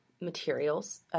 materials